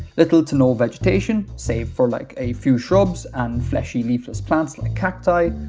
little to no vegetation, save for like a few shrubs and fleshy leafless plants like cacti,